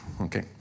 Okay